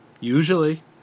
usually